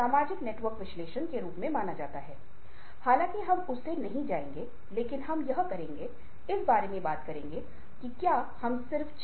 इसलिए यह कहना बहुत मुश्किल है कि भावना अनुभूति को चलाएगी या अनुभूति का संबंध भावना से होगा यह बहुत कठिन और अभी निश्चित नहीं है